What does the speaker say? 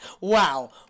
Wow